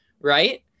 Right